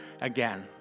again